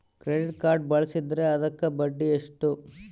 Credit card ಬಳಸಿದ್ರೇ ಅದಕ್ಕ ಬಡ್ಡಿ ಎಷ್ಟು?